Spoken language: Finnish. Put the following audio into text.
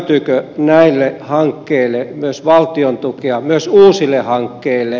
löytyykö näille hankkeille myös valtion tukea myös uusille hankkeille